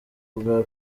bwa